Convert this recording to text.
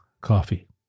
Coffee